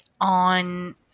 on